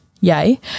yay